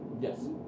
Yes